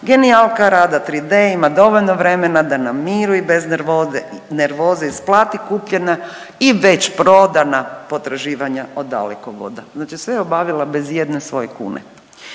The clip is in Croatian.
genijalka Rada 3D ima dovoljno vremena da na miru i bez nervoze isplati kupljena i već prodana potraživanja od Dalekovoda. Znači sve je obavila bez ijedne svoje kune.